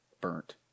burnt